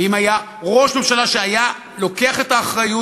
אם היה ראש ממשלה שהיה לוקח את האחריות,